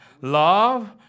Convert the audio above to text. love